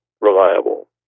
reliable